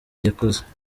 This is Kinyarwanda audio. yakoze